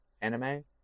anime